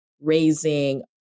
raising